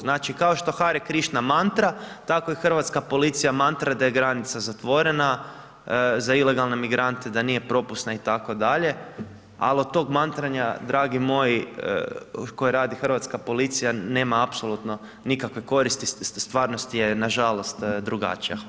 Znači kao što Hare Krišna mantra tako i hrvatska policija mantra da je granica zatvorena za ilegalne migrante da nije propusna itd. ali od tog mantranja dragi moj tko radi, hrvatska policija, nema apsolutno nikakve koristi, stvarnost je nažalost drugačija, hvala.